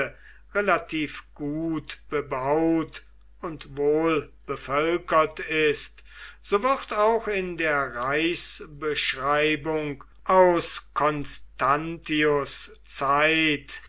relativ gut bebaut und wohlbevölkert ist so wird auch in der reichsbeschreibung aus constantius zeit